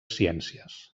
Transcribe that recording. ciències